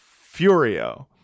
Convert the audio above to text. Furio